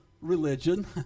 religion